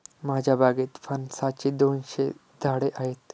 माझ्या बागेत फणसाची दोनशे झाडे आहेत